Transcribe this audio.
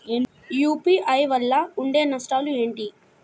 UPI వల్ల ఉండే నష్టాలు ఏంటి??